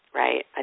right